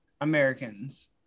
Americans